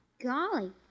Golly